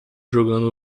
jogando